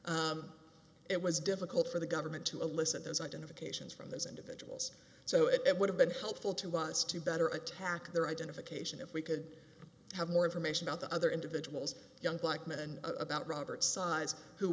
drugs it was difficult for the government to elicit as identifications from those individuals so it would have been helpful to us to better attack their identification if we could have more information about the other individuals young black men about robert's size